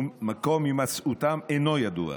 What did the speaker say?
ומקום הימצאותם אינו ידוע.